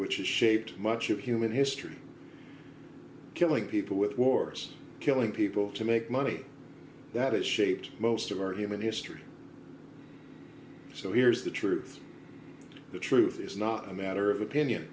which is shaped much of human history killing people with wars killing people to make money that is shaped most of our human history so here's the truth the truth is not a matter of opinion